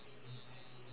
which one